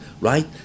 right